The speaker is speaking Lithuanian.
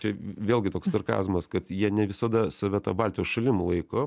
čia vėlgi toks sarkazmas kad jie ne visada save ta baltijos šalim laiko